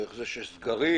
דרך זה שיש סגרים,